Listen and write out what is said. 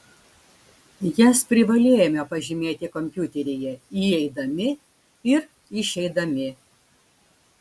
jas privalėjome pažymėti kompiuteryje įeidami ir išeidami